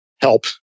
help